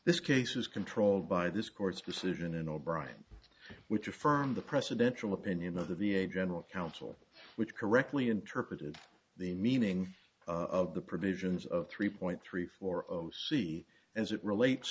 this case is controlled by this court's decision and o'bryant which affirmed the presidential opinion of the v a general counsel which correctly interpreted the meaning of the provisions of three point three four c as it relates